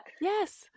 Yes